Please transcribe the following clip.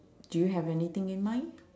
do you have anything in mind